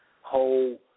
whole